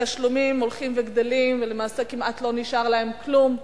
כשהתשלומים הולכים וגדלים ולמעשה כמעט לא נשאר להם כלום,